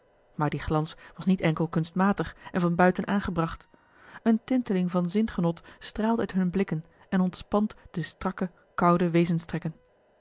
maar die glans was niet enkel kunstmatig en van buiten aangebracht eene tinteling van zingenot straalt uit hunne blikken en ontspant de strakke koude